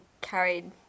carried